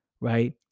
right